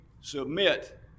submit